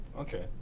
Okay